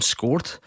Scored